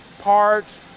parts